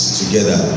together